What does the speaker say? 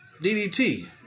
DDT